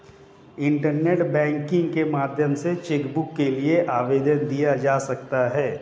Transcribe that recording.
internet banking के माध्यम से चैकबुक के लिए आवेदन दिया जा सकता है